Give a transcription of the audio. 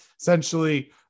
Essentially